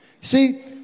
See